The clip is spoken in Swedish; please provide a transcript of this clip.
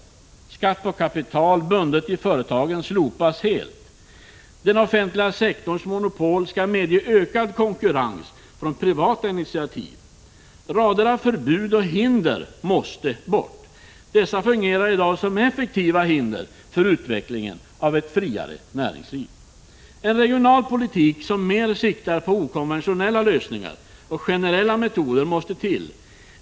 Skatt på kapital bundet i företagen slopas helt. 2 Den offentliga sektorns monopol skall medge ökad konkurrens från privata initiativ. 2 Rader av förbud och hinder måste bort. Dessa fungerar i dag som effektiva hinder för utvecklingen av ett friare näringsliv. 0 En regional politik som mer siktar på okonventionella lösningar och generella metoder måste till.